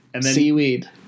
Seaweed